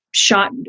shot